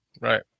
right